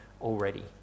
already